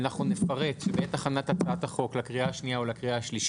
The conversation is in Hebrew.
אנחנו נפרט בעת הכנת הצעת החוק לקריאה השנייה והשלישית